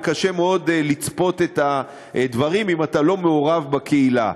וקשה מאוד לצפות את הדברים אם אתה לא מעורב בקהילה.